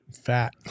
fat